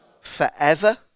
forever